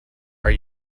are